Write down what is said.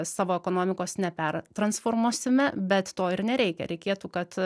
savo ekonomikos nepertransformuosime bet to ir nereikia reikėtų kad